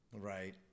Right